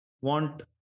want